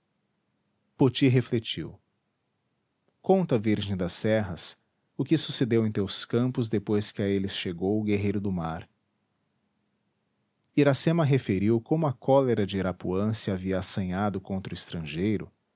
poti refletiu conta virgem das serras o que sucedeu em teus campos depois que a eles chegou o guerreiro do mar iracema referiu como a cólera de irapuã se havia assanhado contra o estrangeiro